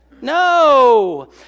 No